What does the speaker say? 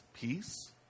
peace